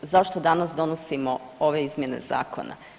Zašto danas donosimo ove izmjene Zakona?